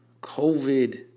COVID